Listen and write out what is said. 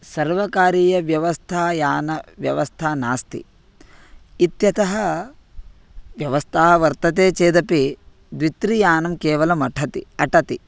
सर्वकारीयव्यवस्था यानव्यवस्था नास्ति इत्यतः व्यवस्था वर्तते चेदपि द्वित्रियानं केवलमटति अटति